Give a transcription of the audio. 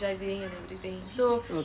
okay